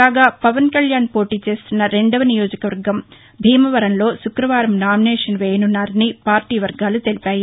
కాగా పవన్కళ్యాణ్ పోటీ చేస్తున్న రెండవ నియోజకవర్గం భీమవరంలో శుక్రవారం నామినేషన్ వేయనున్నారని పార్టీ వర్గాలు తెలిపాయి